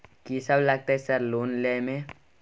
कि सब लगतै सर लोन लय में?